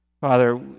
Father